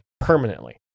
permanently